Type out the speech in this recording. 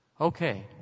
Okay